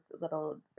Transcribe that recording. little